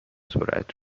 سرعت